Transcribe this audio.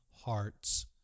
hearts